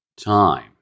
time